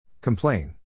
Complain